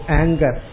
anger